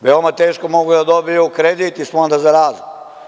Veoma teško mogu da dobiju kredit iz Fonda za razvoj.